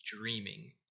dreaming